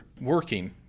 working